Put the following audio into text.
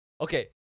okay